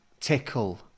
tickle